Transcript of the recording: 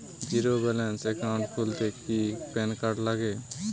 Zero balance account খুলতে কি PAN card লাগে?